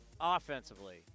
offensively